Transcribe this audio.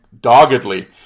Doggedly